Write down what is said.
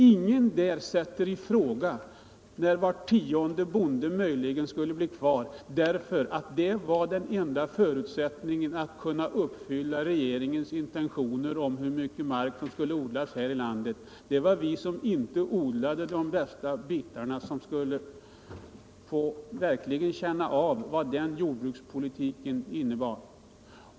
Ingen där sätter i fråga att bara var tionde bonde i den bygden möjligen skulle kunna bli kvar — det var enda förutsättningen för att regeringens intentioner om hur mycket mark som skulle odlas här i landet skulle kunna uppfyllas. Det var vi som inte odlade de bästa bitarna som verkligen skulle få känna av vad den jordbrukspolitiken innebar.